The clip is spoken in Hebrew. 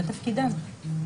זה תפקידם.